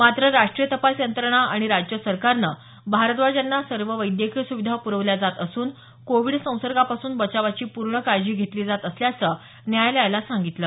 मात्र राष्ट्रीय तपास यंत्रणा आणि राज्य सरकारनं भारद्वाज यांना सर्व वैद्यकीय सुविधा पुरवल्या जात असून कोविड संसगोपासून बचावाची पूर्ण काळजी घेतली जात असल्याचं न्यायालयाला सांगितलं